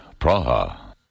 Praha